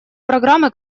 программы